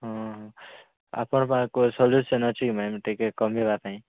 ହଁ ହଁ ଆପଣଙ୍କ ପାଖରେ କୋଉ ସଲ୍ୟୁସନ୍ ଅଛି କି ମ୍ୟାମ୍ ଟିକେ କମିବା ପାଇଁ